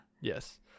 Yes